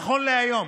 נכון להיום